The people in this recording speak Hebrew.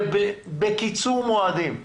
בקיצור מועדים.